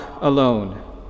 alone